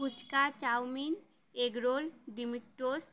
fuchka chowmein egg roll ডিমের toast